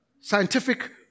Scientific